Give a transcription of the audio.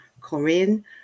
Korean